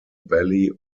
belly